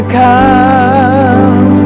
come